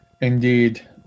Indeed